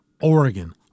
Oregon